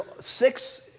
six